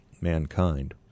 mankind